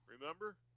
Remember